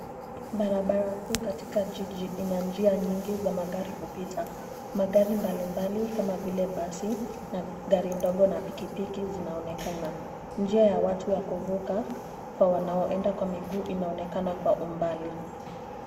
Barabara kuu katika jiji ina njia nyingi za magari kupita. Magari mbalimbali kama vile basi na gari ndogo na pikipiki zinaonekana. Njia ya watu ya kuvuka kwa wanaoenda kwa miguu inaonekana kwa umbali.